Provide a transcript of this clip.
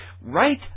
right